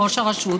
בראש הרשות,